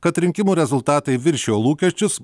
kad rinkimų rezultatai viršijo lūkesčius